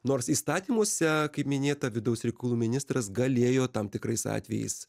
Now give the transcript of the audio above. nors įstatymuose kaip minėta vidaus reikalų ministras galėjo tam tikrais atvejais